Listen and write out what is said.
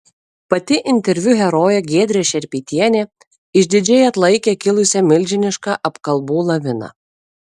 pati interviu herojė giedrė šerpytienė išdidžiai atlaikė kilusią milžinišką apkalbų laviną